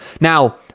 Now